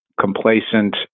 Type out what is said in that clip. complacent